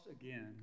again